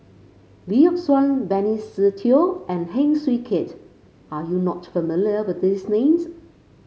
Lee Yock Suan Benny Se Teo and Heng Swee Keat are you not familiar with these names